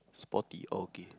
Spotty oh okay